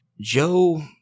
Joe